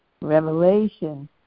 revelation